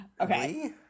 Okay